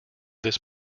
this